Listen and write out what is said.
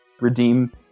redeem